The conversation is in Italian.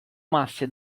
masse